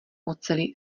oceli